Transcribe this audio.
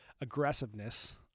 aggressiveness